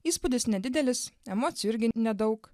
įspūdis nedidelis emocijų irgi nedaug